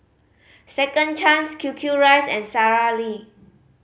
Second Chance Q Q Rice and Sara Lee